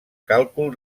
càlcul